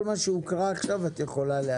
את יכולה להתייחס לכל מה שהוקרא עכשיו.